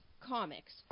comics